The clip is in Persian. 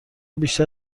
بیشتر